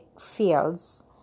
fields